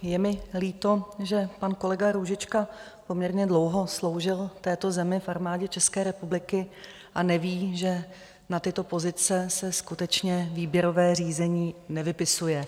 Je mi líto, že pan kolega Růžička poměrně dlouho sloužil této zemi v Armádě České republiky a neví, že na tyto pozice se skutečně výběrové řízení nevypisuje.